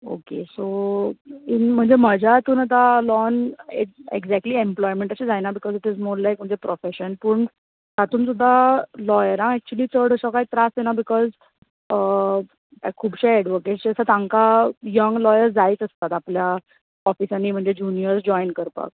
okay so म्हणजे म्हज्या हातूंतल्यान लॉन एक् एक्झेक्टली एम्पलोयमेंट अशें जायना because it is not like profession पूण हातूंत सुद्दां लोयरांक चड असो त्रास जायना बिकोझ खुबशे एड्वोकेट्स जे आसात तांकां यंग लोयर जायच आसता आपल्या ऑफिसांनी जुनियर जोइन करपाक